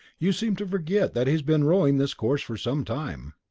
you seem to forget that he's been rowing this course for some time.